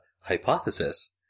hypothesis